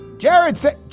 jared said,